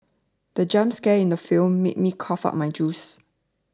the jump scare in the film made me cough out my juice